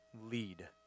lead